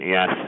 Yes